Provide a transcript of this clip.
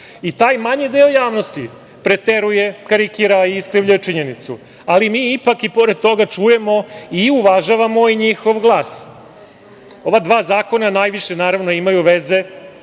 Taj manji deo javnosti preteruje, karikira i iskrivljuje činjenicu, ali mi ipak i pored toga čujemo i uvažavamo i njih glas. Ova dva zakona najviše imaju veze